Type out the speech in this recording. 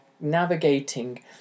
navigating